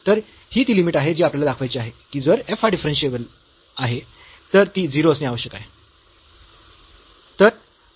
तर ही ती लिमिट आहे जी आपल्याला दाखवायची आहे की जर f हा डिफरन्शियेबल आहे तर ही 0 असणे आवश्यक आहे